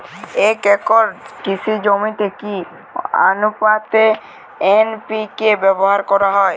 এক একর কৃষি জমিতে কি আনুপাতে এন.পি.কে ব্যবহার করা হয়?